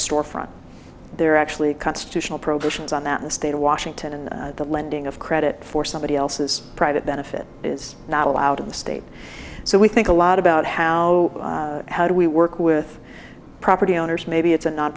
a storefront they're actually constitutional provisions on the state of washington and the lending of credit for somebody else's private benefit is not allowed in the state so we think a lot about how how do we work with property owners maybe it's a non